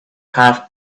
half